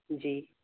جی